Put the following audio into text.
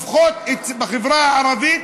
בחברה הערבית,